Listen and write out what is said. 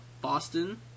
boston